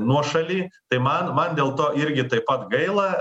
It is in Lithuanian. nuošaly tai man man dėl to irgi taip pat gaila